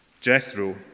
Jethro